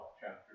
chapter